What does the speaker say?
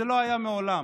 זה לא היה מעולם.